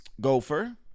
Gopher